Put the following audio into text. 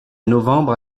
novembre